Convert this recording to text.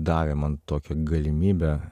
davė man tokią galimybę